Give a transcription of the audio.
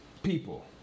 People